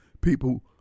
people